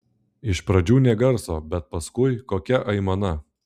iš pradžių nė garso bet paskui kokia aimana